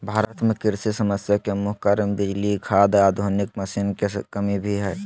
भारत में कृषि समस्या के मुख्य कारण बिजली, खाद, आधुनिक मशीन के कमी भी हय